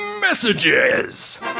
messages